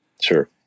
Sure